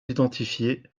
identifiées